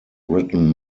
written